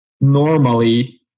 normally